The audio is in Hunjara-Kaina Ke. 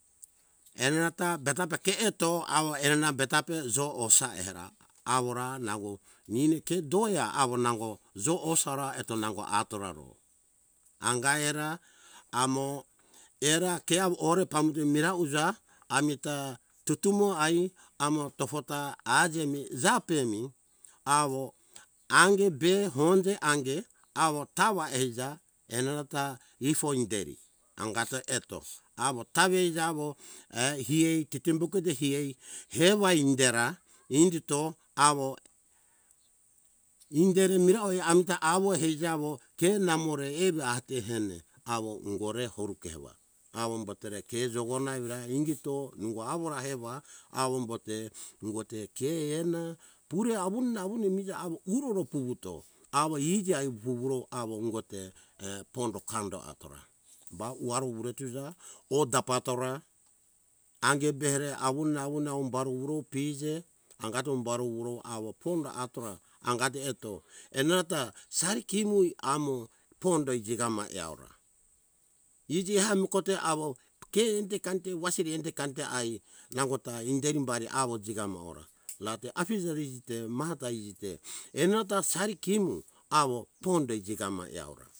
Enrata beta bake eto awo ena betape jo osa era awora nango mine ke doia awo nango jo osara eto nango atoraro angaera amo era kiau ore pambute mera uja amita tutumo ai amo tofota ajemi jape mi awo ange be honje ange awo tawa eija enanata ifoi deri angato eto amo tawe jawo eh isiei tetembuko dehiei sewai inderi indito awo inderi miroi amta awo ijawo ke namore evi atetene awo ungore orukewa awo umbotore ke jogo na evira indito nungo awora ewa awo umbote ungote ke ena puri awun awun emija awo ufuro puvuto awo iji ai wuwuro awo ungote err pondo kando atora bau aru ure tuja oh tapa tora ange befre awun awun awun baru urow pije angato umbaru urow awo pondo atora angate eto enanata sari kemu amo pondo ijigama eora iji ami kote awo ke ente kante wasiri ente kante ai nangota inderibari awo jigamo ora rate afije ite mahata ite enata sari kemu awo pondo jigama eora